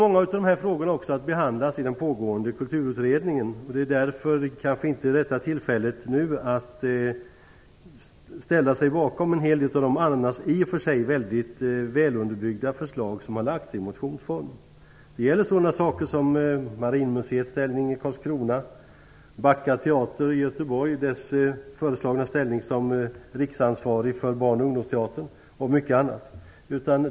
Många av frågorna kommer att behandlas i pågående kulturutredning. Därför är det kanske inte rätta tillfället att nu ställa sig bakom en hel del av de i och för sig väl underbyggda förslag som lagts fram i motionsform. Det gäller t.ex. Marinmuseets ställning i Teater i Göteborg som riksansvarig för barn och ungdomsteatern.